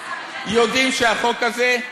יודעים שהחוק הזה,